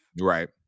Right